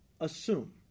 assume